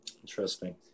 Interesting